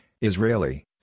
Israeli